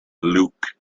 luke